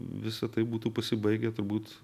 visa tai būtų pasibaigę turbūt